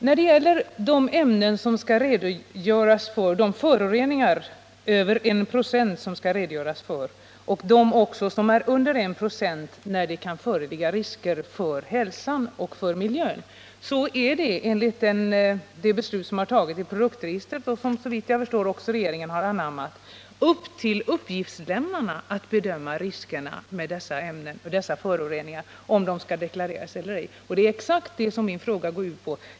När det gäller de föroreningar över 1 96 som man skall redogöra för, liksom också föroreningarna under 1 96 i de fall då det kan föreligga risker för hälsa och miljö, är det, enligt ett beslut som har fattats beträffande produktregistret och som såvitt jag vet, också regeringen har anslutit sig till, uppgiftslämnarnas sak att bedöma riskerna med dessa föroreningar och att besluta om det skall göras någon deklaration eller ej. Det är exakt detta min fråga gäller.